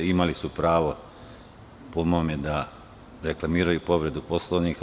Imali su pravo, po mome, da reklamiraju povredu Poslovnika.